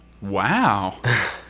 Wow